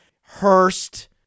Hurst